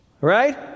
Right